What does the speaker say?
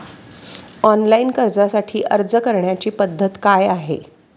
Online कर्जासाठी अर्ज करण्याची पद्धत काय आहे?